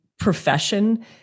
profession